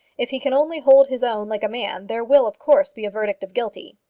if he can only hold his own like a man, there will, of course, be a verdict of guilty.